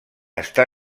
està